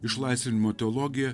išlaisvinimo teologiją